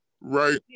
right